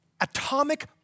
atomic